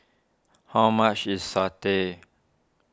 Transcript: how much is Satay